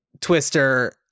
Twister